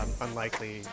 unlikely